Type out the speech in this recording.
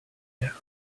air